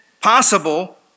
possible